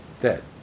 dead